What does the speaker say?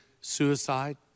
suicide